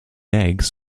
eggs